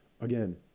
Again